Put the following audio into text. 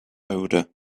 odor